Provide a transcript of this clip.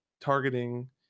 targeting